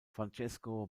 francesco